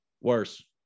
Worse